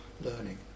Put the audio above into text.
learning